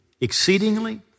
exceedingly